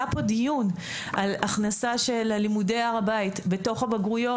היה פה דיון על הכנסה של תכנים בנושא הר הבית לתוך חומר הלימוד,